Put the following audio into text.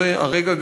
זה הרגע,